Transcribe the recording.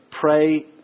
Pray